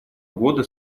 года